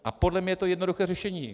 A podle mne je jednoduché řešení.